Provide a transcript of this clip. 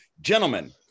Gentlemen